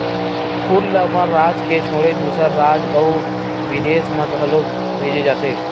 फूल ल अपन राज के छोड़े दूसर राज अउ बिदेस म घलो भेजे जाथे